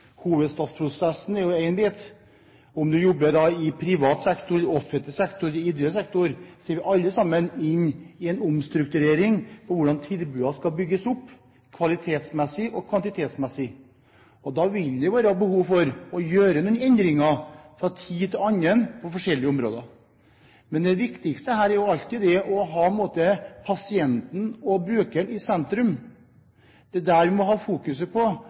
Hovedstadsprosessen er en bit. Om du jobber i privat sektor, i offentlig sektor, i ideell sektor, så er alle sammen i en omstrukturering for hvordan tilbudene skal bygges opp kvalitetsmessig og kvantitetsmessig. Da vil det være behov for å gjøre noen endringer fra tid til annen på forskjellige områder. Men det viktigste her er alltid å sette pasienten og brukeren i sentrum. Det er dét vi må ha fokus på,